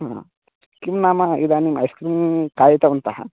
ह्म् किं नाम इदानीम् ऐस् क्रीं खादितवन्तः